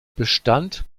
bestand